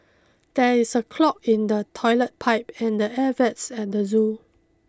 there is a clog in the toilet pipe and the air vents at the zoo